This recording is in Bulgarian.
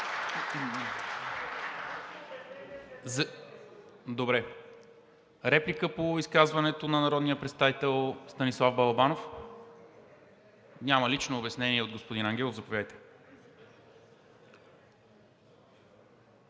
МИНЧЕВ: Реплика по изказването на народния представител Станислав Балабанов? Няма. Лично обяснение от господин Ангелов – заповядайте.